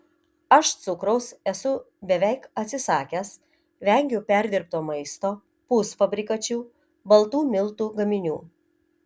aš cukraus esu beveik atsisakęs vengiu perdirbto maisto pusfabrikačių baltų miltų gaminių